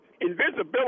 invisibility